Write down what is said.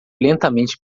lentamente